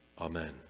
Amen